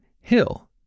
Hill